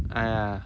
!aiya!